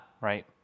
Right